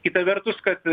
kita vertus kad